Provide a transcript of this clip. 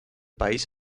país